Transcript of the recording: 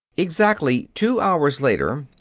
exactly two hours later,